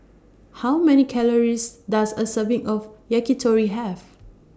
How Many Calories Does A Serving of Yakitori Have